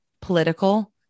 political